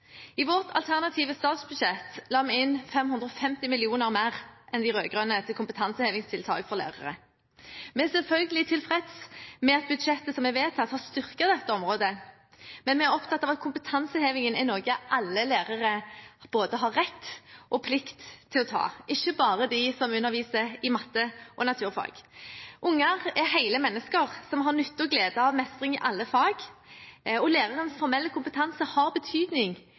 I vårt alternative statsbudsjett la vi inn 550 mill. kr mer enn de rød-grønne til kompetansehevingstiltak for lærere. Vi er selvfølgelig tilfreds med at en i budsjettet som vil bli vedtatt, har styrket dette området, men vi er opptatt av at kompetanseheving er noe alle lærere både har rett og plikt til å ta, ikke bare de som underviser i matematikk og naturfag. Unger er hele mennesker, som har nytte og glede av mestring i alle fag. Lærerens formelle kompetanse har betydning